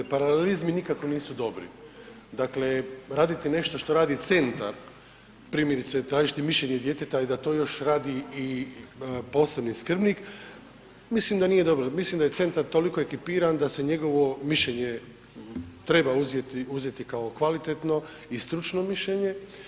Paralelizmi nikakvi nisu dobri, dakle raditi nešto što radi centar primjerice tražiti mišljenje djeteta i da to još radi i posebni skrbnik, mislim da nije dobro, mislim da je centar toliko ekipiran da se njegovo mišljenje treba uzeti kao kvalitetno i stručno mišljenje.